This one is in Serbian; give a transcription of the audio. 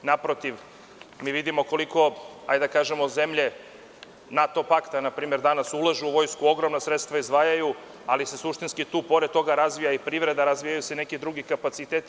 Naprotiv, mi vidimo koliko, da kažemo, zemlje NATO pakta danas ulažu u vojsku, ogromna sredstva izdvajaju, ali se suštinski tu pored toga razvija i privreda, razvijaju se neki drugi kapaciteti.